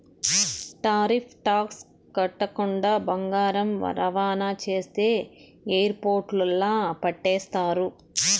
tariff tax కట్టకుండా బంగారం రవాణా చేస్తే ఎయిర్పోర్టుల్ల పట్టేస్తారు